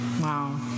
wow